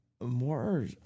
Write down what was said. more